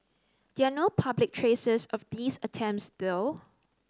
there're no public traces of these attempts though